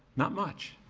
not much.